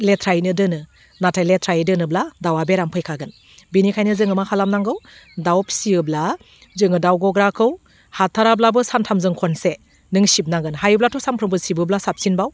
लेथ्रायैनो दोनो नाथाय लेथ्रायै दोनोब्ला दाउवा बेराम फैखागोन बेनिखायनो जोङो मा खालामनांगौ दाउ फिसियोब्ला जोङो दाउ गग्राखौ हाथाराब्लाबो सानथामजों खनसे नों सिबनांगोन हायोब्लाथ' सामफ्रोमबो सिबोब्ला सामसिनबाव